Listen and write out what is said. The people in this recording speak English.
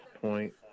point